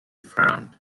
frowned